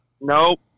Nope